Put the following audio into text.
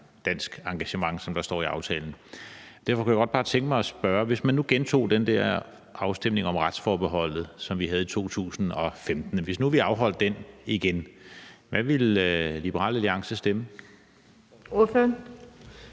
dansk engagement, som der står i aftalen. Derfor kunne jeg godt bare tænke mig at spørge: Hvis man nu afholdt den afstemning om retsforbeholdet, som vi havde i 2015, igen, hvad ville Liberal Alliance så stemme? Kl.